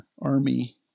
army